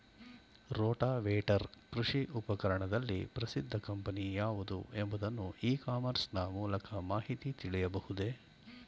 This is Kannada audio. ರೋಟಾವೇಟರ್ ಕೃಷಿ ಉಪಕರಣದಲ್ಲಿ ಪ್ರಸಿದ್ದ ಕಂಪನಿ ಯಾವುದು ಎಂಬುದನ್ನು ಇ ಕಾಮರ್ಸ್ ನ ಮೂಲಕ ಮಾಹಿತಿ ತಿಳಿಯಬಹುದೇ?